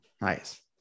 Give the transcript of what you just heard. nice